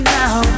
now